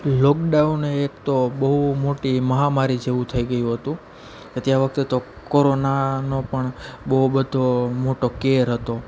લોકડાઉને એક તો બહુ મોટી મહામારી જેવું થઈ ગયું હતું તે વખતે કોરોનાનો પણ બહુ બધો મોટો કેર હતો